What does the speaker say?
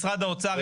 משרד האוצר,